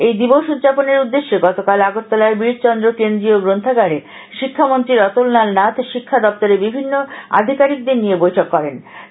এই দিবস উদযাপনের উদ্দেশ্যে গতকাল আগরতলার বীরচন্দ্র কেন্দ্রীয় গ্রন্হাগারে শিক্ষামন্ত্রী রতনলাল নাথ শিক্ষা দপ্তরের বিভিন্ন আধিকারিকদের নিয়ে বৈঠক করেন